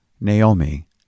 Naomi